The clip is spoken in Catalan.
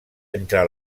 entre